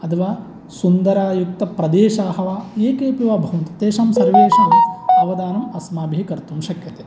अथवा सुन्दरयुक्तप्रदेशाः वा ये केऽपि वा भवन्तु तेषां सर्वेषाम् अवधानम् अस्माभिः कर्तुं शक्यते